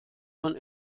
von